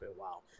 wow